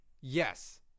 Yes